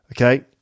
okay